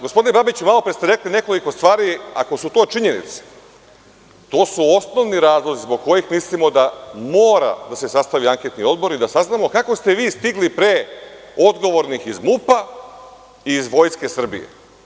Gospodine Babiću, malopre ste rekli nekoliko stvari, ako su to činjenice, to su osnovni razlozi zbog kojih mislimo da mora da se sastavi anketni odbor i da saznamo kako ste vi stigli pre odgovornih iz MUP-a i iz Vojske Srbije?